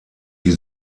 die